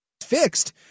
fixed